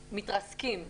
מתרסקות.